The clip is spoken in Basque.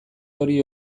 hori